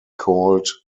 called